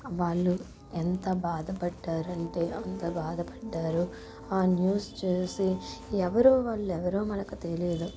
వాళ్ళు ఎంత బాధపడ్డారంటే అంత బాధపడ్డారు ఆ న్యూస్ చూసి ఎవరో వాళ్ళెవరో మనకు తెలియదు